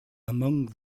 among